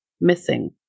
missing